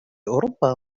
أوروبا